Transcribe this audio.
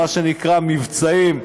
מה שנקרא "מבצעים",